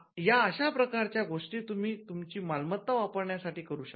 या अशा प्रकारच्या गोष्टी तुम्ही तुमची मालमत्ता वापरण्यासाठी करू शकता